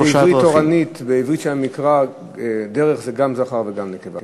בעברית תורנית ובעברית של המקרא "דרך" זה גם זכר וגם נקבה.